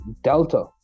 delta